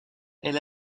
elle